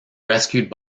rescued